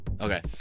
Okay